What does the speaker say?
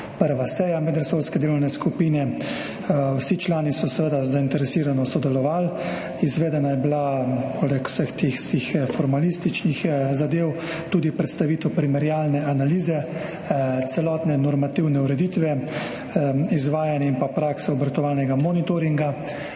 prva seja medresorske delovne skupine. Vsi člani so seveda zainteresirano sodelovali. Izvedena je bila poleg vseh tistih formalističnih zadev tudi predstavitev primerjalne analize celotne normativne ureditve, izvajanja in prakse obratovalnega monitoringa,